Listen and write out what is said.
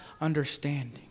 understanding